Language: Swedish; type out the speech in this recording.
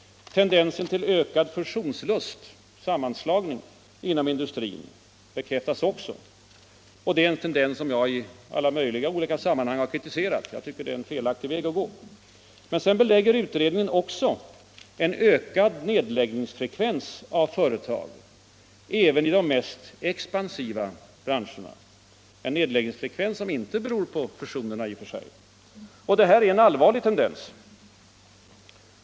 Tendensen till ökad fusionslust inom industrin bekräftas också, en tendens som jag i alla möjliga sammanhang kritiserat. Jag tycker att det är en felaktig väg att gå. Men utredningen belägger därjämte en ökad frekvens av nedläggning av företag, även i de mest expansiva branscherna, och denna ökning beror i och för sig inte på fusionerna, sammanslagningarna. Detta är en allvarlig utveckling.